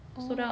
oh